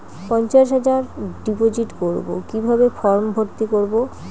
পঞ্চাশ হাজার ডিপোজিট করবো কিভাবে ফর্ম ভর্তি করবো?